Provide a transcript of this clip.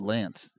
Lance